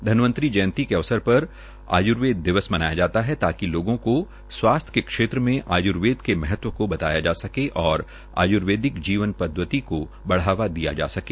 धनवंतरी जयंती के अवसर पर आय्वेद दिवस मनाया जाता है ताकि लोगों को स्वास्थ्य के क्षेत्र में आय्वेद के महत्व को बताया जा सके और आय्र्वेदिक जीवन पदवति को बढ़ावा दिया जा सके